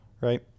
right